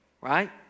Right